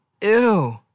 ew